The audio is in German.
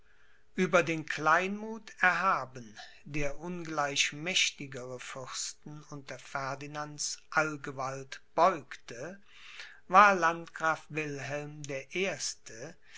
ueber den kleinmuth erhaben der ungleich mächtigere fürsten unter ferdinands allgewalt beugte war landgraf wilhelm der erste